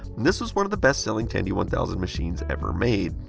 this was one of the best selling tandy one thousand machines ever made.